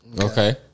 Okay